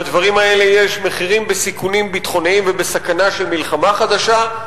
לדברים האלה יש מחירים בסיכונים ביטחוניים ובסכנה של מלחמה חדשה,